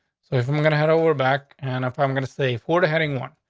so if i'm i'm gonna head over back and if i'm gonna say florida heading one,